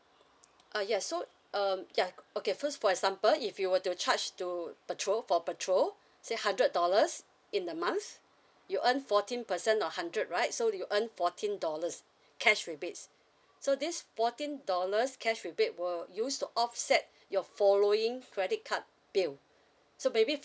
uh ya so um ya okay first for example if you were to charge to petrol for petrol say hundred dollars in a month you earn fourteen percent of hundred right so you earn fourteen dollars cash rebates so this fourteen dollars cash rebate will use to offset your following credit card bill so maybe